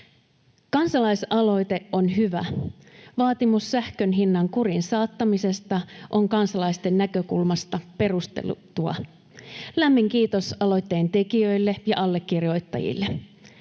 Kansalaisaloite on hyvä. Vaatimus sähkön hinnan kuriin saattamisesta on kansalaisten näkökulmasta perusteltua. Lämmin kiitos aloitteen tekijöille ja allekirjoittajille.